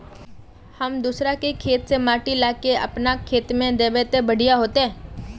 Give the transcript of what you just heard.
हम दूसरा के खेत से माटी ला के अपन खेत में दबे ते बढ़िया होते?